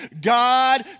God